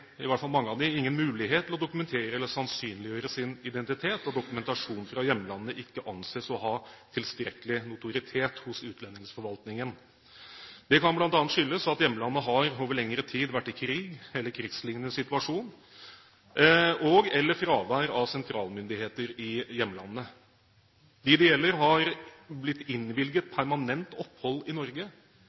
i hvert fall mange av dem – ikke mulighet til å dokumentere eller sannsynliggjøre sin identitet, da dokumentasjon fra hjemlandet ikke anses å ha tilstrekkelig notoritet hos utlendingsforvaltningen. Det kan bl.a. skyldes at hjemlandet over lengre tid har vært i krig eller i en krigsliknende situasjon, og/eller det skyldes fravær av sentralmyndigheter i hjemlandet. De det gjelder, har blitt innvilget permanent opphold i Norge,